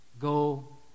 Go